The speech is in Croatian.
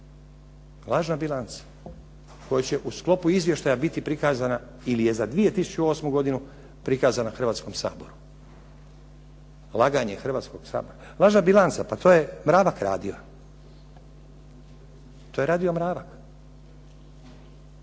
Lažna bilanca kojoj će u sklopu izvještaja biti prikazana ili je za 2008. godinu prikazana Hrvatskom saboru. Laganje Hrvatskog sabora? Lažna bilanca, pa to je Mravak radio. To je radio Mravak.